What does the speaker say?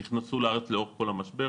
נכנסו לארץ לאורך כל המשבר,